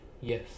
Yes